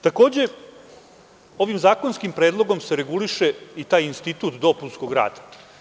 Takođe, ovim zakonskim predlogom se reguliše i taj institut dopunskog rada.